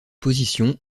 position